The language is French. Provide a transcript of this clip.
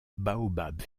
baobab